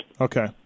Okay